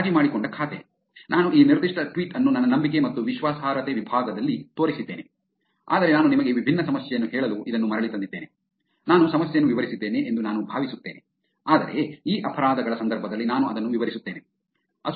ರಾಜಿ ಮಾಡಿಕೊಂಡ ಖಾತೆ ನಾನು ಈ ನಿರ್ದಿಷ್ಟ ಟ್ವೀಟ್ ಅನ್ನು ನನ್ನ ನಂಬಿಕೆ ಮತ್ತು ವಿಶ್ವಾಸಾರ್ಹತೆ ವಿಭಾಗದಲ್ಲಿ ತೋರಿಸಿದ್ದೇನೆ ಆದರೆ ನಾನು ನಿಮಗೆ ವಿಭಿನ್ನ ಸಮಸ್ಯೆಯನ್ನು ಹೇಳಲು ಇದನ್ನು ಮರಳಿ ತಂದಿದ್ದೇನೆ ನಾನು ಸಮಸ್ಯೆಯನ್ನು ವಿವರಿಸಿದ್ದೇನೆ ಎಂದು ನಾನು ಭಾವಿಸುತ್ತೇನೆ ಆದರೆ ಇ ಅಪರಾಧ ಗಳ ಸಂದರ್ಭದಲ್ಲಿ ನಾನು ಅದನ್ನು ವಿವರಿಸುತ್ತೇನೆ